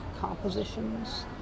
compositions